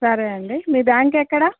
సరే అండి మీ బ్యాంక్ ఎక్కడ